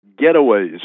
getaways